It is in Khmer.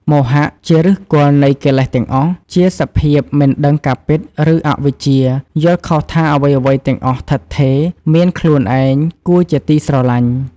មោហៈ ជាឫសគល់នៃកិលេសទាំងអស់ ជាសភាពមិនដឹងការពិត ឬ អវិជ្ជា យល់ខុសថា អ្វីៗទាំងអស់ឋិតថេរ មានខ្លួនឯង គួរជាទីស្រលាញ់។